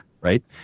right